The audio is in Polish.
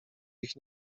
ich